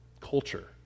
culture